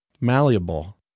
Malleable